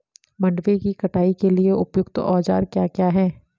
मंडवे की कटाई के लिए उपयुक्त औज़ार क्या क्या हैं?